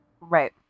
Right